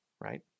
right